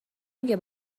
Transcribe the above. میگه